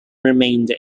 remained